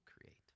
create